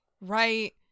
right